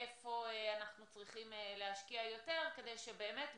איפה אנחנו צריכים להשקיע יותר כדי שבאמת בעתיד,